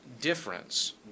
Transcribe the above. difference